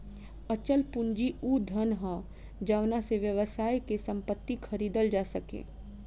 अचल पूंजी उ धन ह जावना से व्यवसाय के संपत्ति खरीदल जा सके